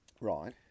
Right